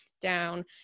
down